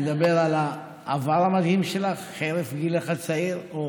לדבר על העבר המדהים שלך, חרף גילך הצעיר, או